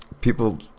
people